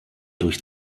durch